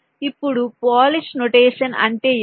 ఇప్పుడు Polish notation అంటే ఏమిటి